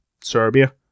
Serbia